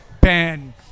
Ben